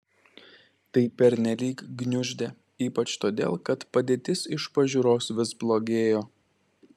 tai pernelyg gniuždė ypač todėl kad padėtis iš pažiūros vis blogėjo